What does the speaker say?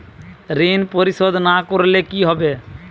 ঋণ পরিশোধ না করলে কি হবে?